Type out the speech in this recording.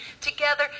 together